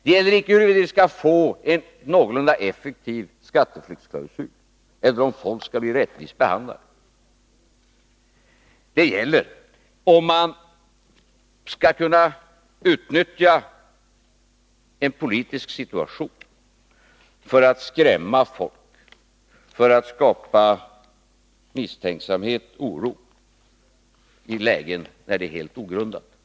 Det gäller icke huruvida vi skall få en någorlunda effektiv skatteflyktsklausul eller om folk skall bli rättvist behandlade. Det gäller om man skall kunna utnyttja en politisk situation för att skrämma folk, för att skapa misstänksamhet och oro i lägen där det är helt ogrundat.